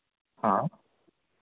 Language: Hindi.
हाँ